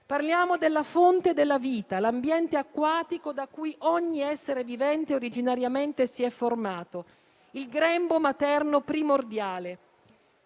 parliamo della fonte della vita, l'ambiente acquatico da cui ogni essere vivente originariamente si è formato, il grembo materno primordiale.